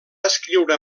escriure